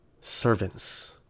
servants